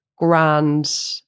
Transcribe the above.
grand